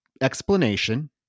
explanation